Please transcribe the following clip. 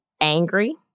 angry